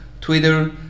Twitter